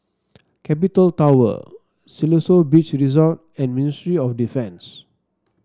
Capital Tower Siloso Beach Resort and Ministry of Defence